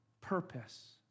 purpose